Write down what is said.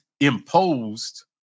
imposed